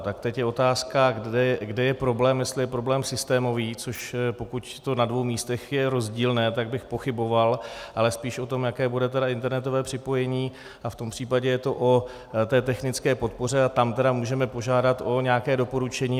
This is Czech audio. Tak teď je otázka, kde je problém, jestli je problém systémový, což pokud to na dvou místech je rozdílné, tak bych pochyboval, ale spíš o tom, jaké bude internetové připojení, v tom případě je to o technické podpoře a tam tedy můžeme požádat o nějaké doporučení.